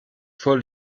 vor